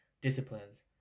disciplines